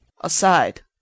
Aside